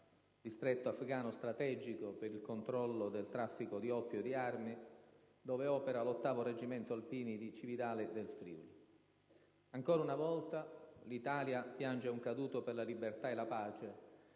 distretto afgano strategico per il controllo del traffico di oppio e di armi, dove opera l'8° Reggimento alpini di Cividale del Friuli. Ancora una volta l'Italia piange un caduto per la libertà e la pace